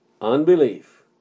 Unbelief